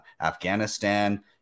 Afghanistan